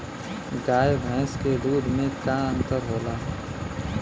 गाय भैंस के दूध में का अन्तर होला?